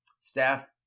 staff